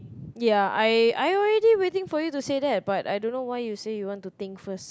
ya I I already waiting for you to say that but I don't know why you say you want to think first